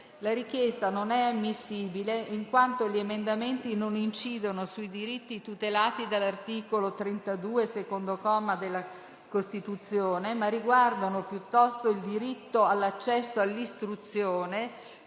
la richiesta non è ammissibile, in quanto gli emendamenti non incidono sui diritti tutelati dall'articolo 32, secondo comma, della Costituzione, ma riguardano piuttosto il diritto all'accesso all'istruzione,